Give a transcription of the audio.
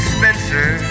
Spencer